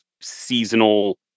seasonal